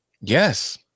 Yes